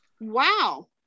Wow